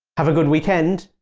have a good weekend,